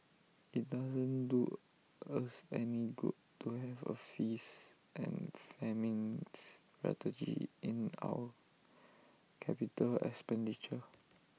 IT doesn't do us any good to have A feast and famine strategy in our capital expenditure